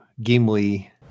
Gimli